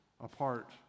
apart